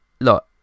look